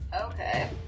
Okay